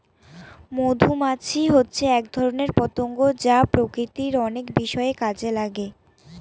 মধুমাছি হচ্ছে এক ধরনের পতঙ্গ যা প্রকৃতির অনেক বিষয়ে কাজে লাগে